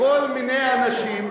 לכל מיני אנשים,